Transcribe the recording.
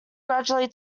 gradually